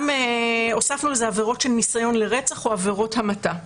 הוספנו לזה עבירות של רצח או עבירות המתה.